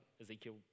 Ezekiel